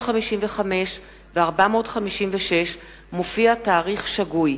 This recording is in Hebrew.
455 ו-456 מופיע תאריך שגוי.